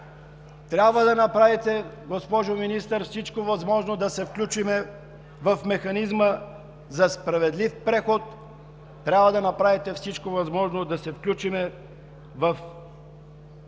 Трябва да направите, госпожо Министър, всичко възможно да се включим в механизма за справедлив преход, трябва да направите всичко възможно да се включим в